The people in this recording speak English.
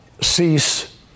cease